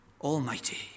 Almighty